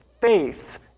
faith